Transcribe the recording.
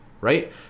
right